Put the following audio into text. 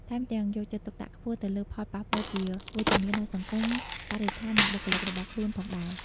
ថែមទាំងយកចិត្តទុកដាក់ខ្ពស់ទៅលើផលប៉ះពាល់ជាវិជ្ជមានដល់សង្គម បរិស្ថាន និងបុគ្គលិករបស់ខ្លួនផងដែរ ។